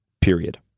period